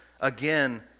again